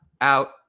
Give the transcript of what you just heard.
out